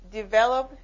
develop